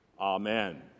Amen